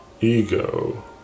ego